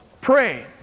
pray